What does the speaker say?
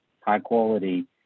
high-quality